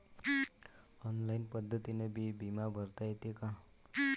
Online पद्धतीनं बी बिमा भरता येते का?